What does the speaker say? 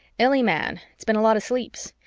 illy, man, it's been a lot of sleeps,